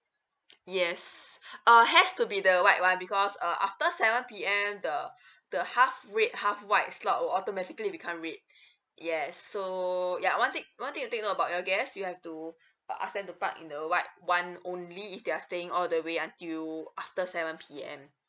yes uh has to be the white [one] because uh after seven P_M the the half red half white slot will automatically become red yes so ya one thing one thing you take note about your guest you have to ask them to park in the white [one] only if they are staying all the way until after seven P_M